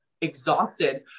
exhausted